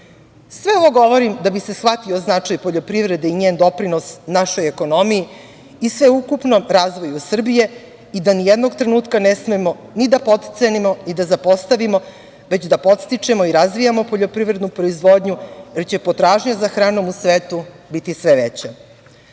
ovo govorim, da bi se shvatio značaj poljoprivrede i njen doprinos našoj ekonomiji i sveukupnom razvoju Srbije i da ni jednog trenutka ne smemo ni da potcenimo, ni da zapostavimo već da podstičemo i razvijamo poljoprivrednu proizvodnju, jer će potražnja za hranom u svetu biti sve veća. Naša